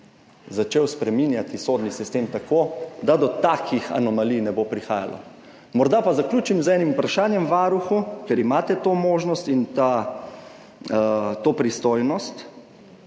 začel spreminjati sodni sistem tako, da do takih anomalij ne bo prihajalo. Morda pa zaključim z enim vprašanjem varuhu, ker imate to možnost in to pristojnost.